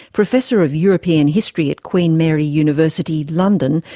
professor of european history at queen mary university, london,